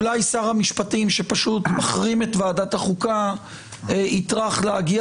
אולי שר המשפטים שפשוט מחרים את ועדת החוקה יטרח להגיע